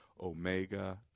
Omega